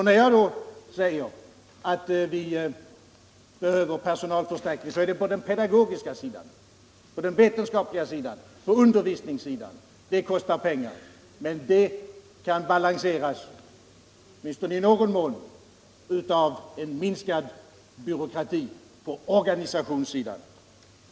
När jag säger att det behövs en personalförstärkning, så avser jag den pedagogiska sidan, den vetenskapliga sidan och undervisningssidan. Det kostar pengar, men utgifterna kan åtminstone i någon mån balanseras av en minskad byråkrati på organisationssidan.